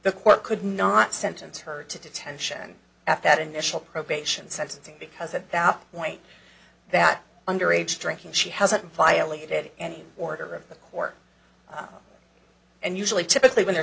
the court could not sentence her to detention after that initial probation sentencing because it now point that under age drinking she hasn't violated any order of the court and usually typically when the